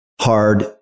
hard